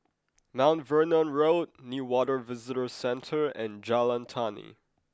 Mount Vernon Road Newater Visitor Centre and Jalan Tani